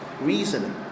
reasoning